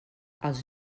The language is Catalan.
els